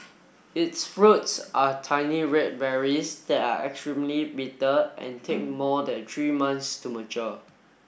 its fruits are tiny red berries that are actually bitter and take more than three months to mature